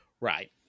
Right